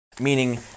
meaning